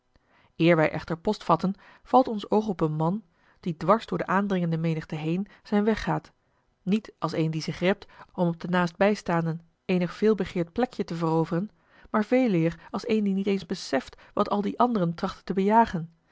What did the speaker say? wij echter post vatten valt ons oog op een man die dwars door de aandringende menigte heen zijn weg gaat niet als een die zich rept om op de naastbijstaanden eenig veelbegeerd plekje te veroveren maar veeleer als een die niet eens beseft wat al die anderen trachten te bejagen